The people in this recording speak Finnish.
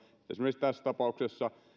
esimerkiksi tässä tapauksessa